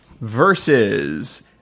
versus